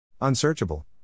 Unsearchable